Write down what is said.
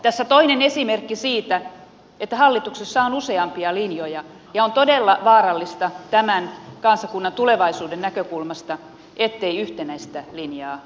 tässä toinen esimerkki siitä että hallituksessa on useampia linjoja ja on todella vaarallista tämän kansakunnan tulevaisuuden näkökulmasta ettei yhtenäistä linjaa ole